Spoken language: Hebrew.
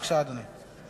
בבקשה, אדוני.